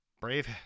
Brave